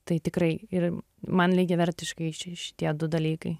tai tikrai ir man lygiavertiškai šitie du dalykai